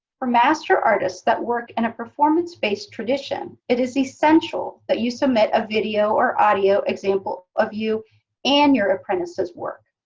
for master artists that work in a performance-based tradition, it is essential that you submit a video or audio example of you and your apprentice's work.